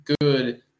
good